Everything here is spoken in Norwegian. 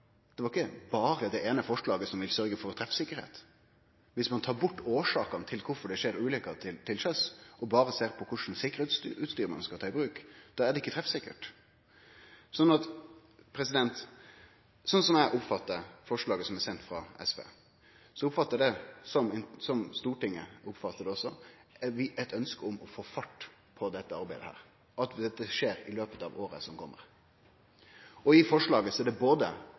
ikkje berre det eine forslaget som vil sørgje for treffsikkerheit. Viss ein tar bort årsakene til at det skjer ulykker til sjøs, og berre ser på kva slags sikkerheitsutstyr ein skal ta i bruk, er det ikkje treffsikkert. Forslaget frå SV, er – slik Stortinget også oppfattar det – eit ønske om å få fart på dette arbeidet, at dette skjer i løpet av året som kjem. I forslaget er det ei brei linje på sikkerheit, og så er det